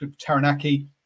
Taranaki